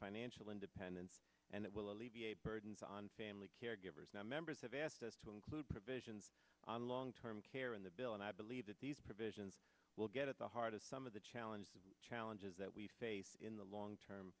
financial independence and it will alleviate burdens on family caregivers now members have asked us to include provisions on long term care in the bill and i believe that these provisions will get at the heart of some of the challenges the challenges that we face in the long term